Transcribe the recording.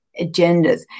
agendas